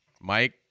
Mike